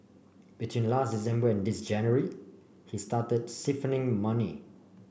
between last December and this January he started siphoning money